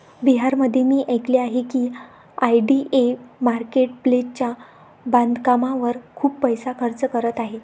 बिहारमध्ये मी ऐकले आहे की आय.डी.ए मार्केट प्लेसच्या बांधकामावर खूप पैसा खर्च करत आहे